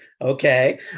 Okay